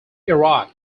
iraq